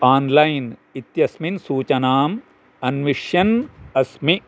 online इत्यस्मिन् सूचनाम् अन्विष्यन् अस्मि